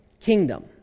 kingdom